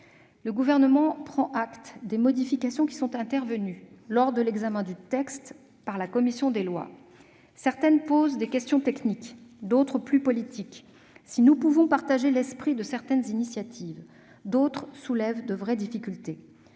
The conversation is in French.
Nous prenons acte des modifications qui sont intervenues lors de l'examen du texte par la commission des lois. Certaines d'entre elles posent des questions techniques ; d'autres, plus politiques. Si nous pouvons partager l'esprit de certaines initiatives, d'autres soulèvent de vraies difficultés.